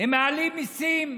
הם מעלים מיסים,